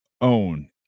own